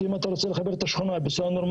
כי אם אתה רוצה לחבר את שכונת החיילים